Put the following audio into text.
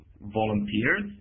volunteers